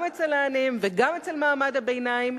גם אצל העניים וגם אצל מעמד הביניים,